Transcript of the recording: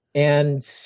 and